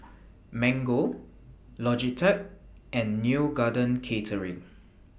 Mango Logitech and Neo Garden Catering